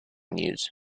news